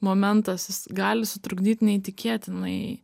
momentas jis gali sutrukdyt neįtikėtinai